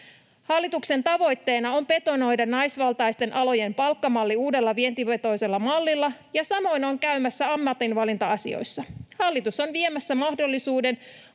Hallituksen tavoitteena on betonoida naisvaltaisten alojen palkkamalli uudella vientivetoisella mallilla, ja samoin on käymässä ammatinvalinta-asioissa. Hallitus on viemässä mahdollisuuden